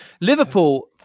Liverpool